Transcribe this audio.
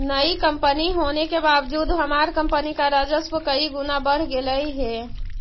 नई कंपनी होने के बावजूद हमार कंपनी का राजस्व कई गुना बढ़ गेलई हे